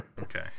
Okay